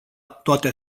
toate